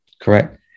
correct